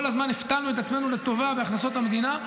כל הזמן הפתענו את עצמנו לטובה בהכנסות המדינה,